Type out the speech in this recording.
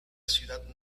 ciudad